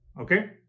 Okay